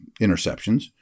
interceptions